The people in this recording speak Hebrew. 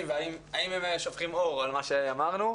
והאם הם יכולים לשפוך אור על מה שאמרנו.